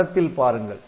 படத்தில் பாருங்கள்